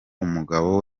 umugabo